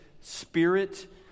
spirit